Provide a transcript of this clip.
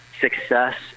success